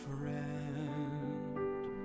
friend